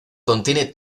contiene